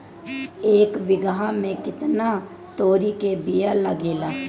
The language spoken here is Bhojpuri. एक बिगहा में केतना तोरी के बिया लागेला?